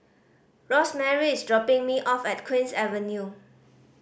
Rosemary is dropping me off at Queen's Avenue